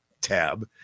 tab